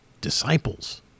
Disciples